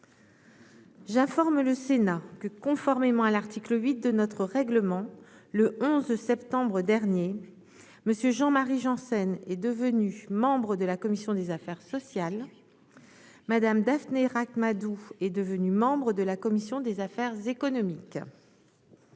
J'informe le Sénat que conformément à l'article 8 de notre règlement le 11 septembre dernier Monsieur Jean-Marie Janssens est devenue membre de la commission des affaires sociales, madame daphné Ract-Madoux est devenue membre de la commission des affaires économiques.